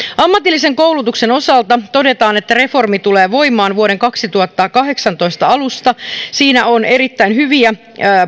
ammatillisen koulutuksen osalta todetaan että reformi tulee voimaan vuoden kaksituhattakahdeksantoista alusta siinä on erittäin hyviä